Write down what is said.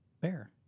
bear